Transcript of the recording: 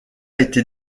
été